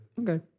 Okay